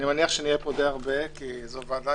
אני מניח שנהיה פה די הרבה כי זו ועדה